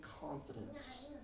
confidence